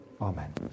Amen